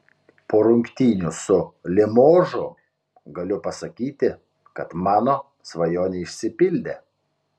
po rungtynių su limožu galiu pasakyti kad mano svajonė išsipildė